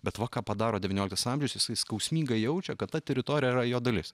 bet va ką padaro devynioliktas amžiaus jisai skausmingai jaučia kad ta teritorija yra jo dalis